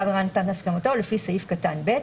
העבירה נתן את הסכמתו לפי סעיף קטן (ב)